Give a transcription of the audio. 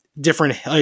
different